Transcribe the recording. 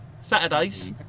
Saturdays